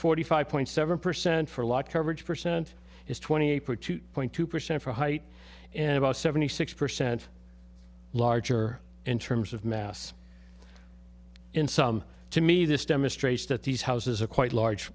forty five point seven percent for live coverage percent is twenty eight point two percent for height and about seventy six percent larger in terms of mass in some to me this demonstrates that these houses are quite large